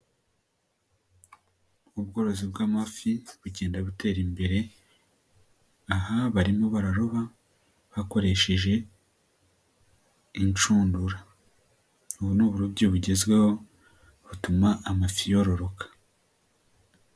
Ubworozi bw'amafi bugenda butera imbere, aha barimo bararoba bakoresheje inshundura, ubu ni uburobyi bugezweho butuma amati yororoka.